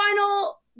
final